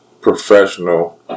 professional